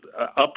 up